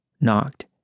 knocked